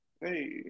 Hey